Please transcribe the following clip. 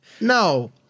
No